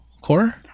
core